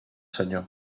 senyor